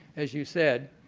as you said,